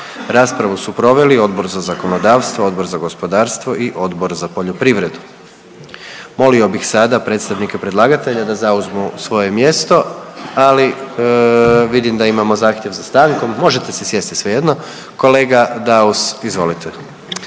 Raspravu su proveli Odbor za zakonodavstvo, Odbor za gospodarstvo i Odbor za poljoprivredu. Molio bih sada predstavnike predlagatelja da zauzmu svoje mjesto, ali vidim da imamo zahtjev za stankom, možete se sjesti svejedno. Kolega Daus, izvolite.